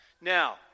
Now